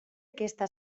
aquesta